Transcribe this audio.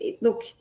look